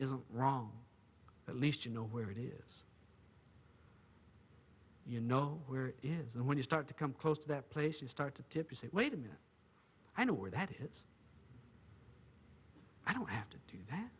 isn't wrong at least you know where it is you know where it is and when you start to come close to that place you start to tip or say wait a minute i know where that is i don't have to do that